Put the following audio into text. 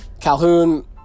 Calhoun